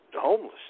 homeless